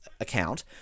account